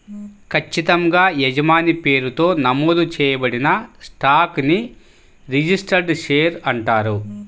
ఖచ్చితంగా యజమాని పేరుతో నమోదు చేయబడిన స్టాక్ ని రిజిస్టర్డ్ షేర్ అంటారు